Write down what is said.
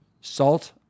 salt